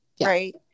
right